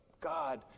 God